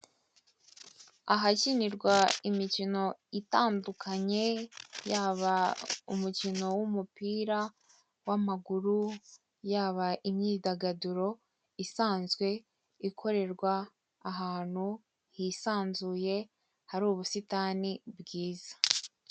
Ahakinirwa imikino itandukanye, yaba umukino w'umupira w'amaguru, yaba imyidagaduro isanzwe ikorerwa ahantu hisanzuye hari ubusitani bwiza.